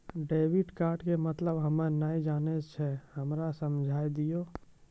Debit card के मतलब हम्मे नैय जानै छौ हमरा समझाय दियौ?